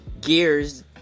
gears